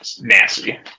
nasty